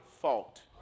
fault